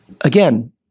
again